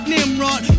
Nimrod